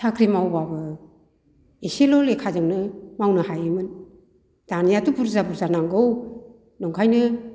साख्रि मावबाबो एसेल' लेखाजोंनो मावनो हायोमोन दानियाथ' बुरजा बुरजा नांगौ नंखायनो